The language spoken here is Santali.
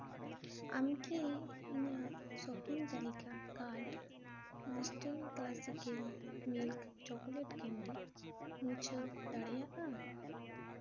ᱟᱢ ᱠᱤ ᱤᱧᱟᱹᱜ ᱥᱚᱯᱤᱝ ᱛᱟᱹᱞᱤᱠᱟ card nesting classical milk chocolate candy ᱢᱩᱪᱟᱹᱫ ᱫᱟᱲᱮᱭᱟᱜᱼᱟ